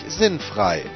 sinnfrei